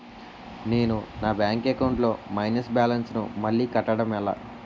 నేను నా bank account లొ మైనస్ బాలన్స్ ను మళ్ళీ కట్టడం ఎలా?